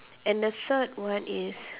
and the third one is